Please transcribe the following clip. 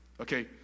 Okay